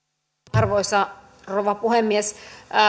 arvoisa rouva puhemies